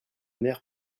air